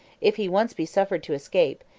if he once be suffered to escape,